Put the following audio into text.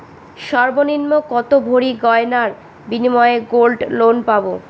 সর্বনিম্ন কত ভরি গয়নার বিনিময়ে গোল্ড লোন পাব?